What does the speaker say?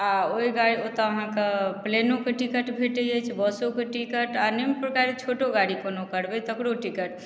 आओर ओ गाड़ी ओतऽ अहाँके प्लेनोके टिकट भेट जाइ छै बसोके टिकट आओर निम्न प्रकारके छोटो गाड़ी कोनो करबै तकरो टिकट